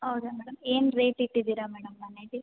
ಹೌದಾ ಮೇಡಮ್ ಏನು ರೇಟ್ ಇಟ್ಟಿದ್ದೀರ ಮೇಡಮ್ ಮನೆಗೆ